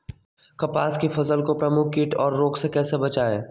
कपास की फसल को प्रमुख कीट और रोग से कैसे बचाएं?